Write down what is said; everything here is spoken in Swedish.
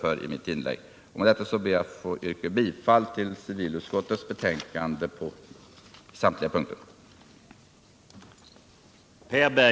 Herr talman! Med detta yrkar jag bifall till utskottets hemställan på samtliga punkter.